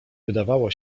wydawało